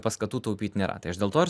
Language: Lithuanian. paskatų taupyt nėra tai aš dėl to ir